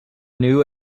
new